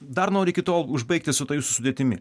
dar noriu iki tol užbaigti su ta jūsų sudėtimi